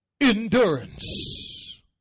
endurance